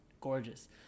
Gorgeous